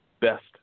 best